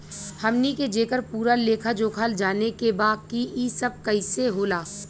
हमनी के जेकर पूरा लेखा जोखा जाने के बा की ई सब कैसे होला?